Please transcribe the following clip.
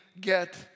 get